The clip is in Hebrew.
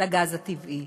לגז הטבעי.